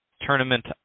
tournament